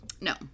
no